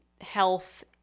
health